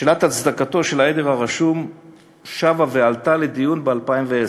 שאלת ההצדקה של היות העדר רשום שבה ועלתה לדיון ב-2010.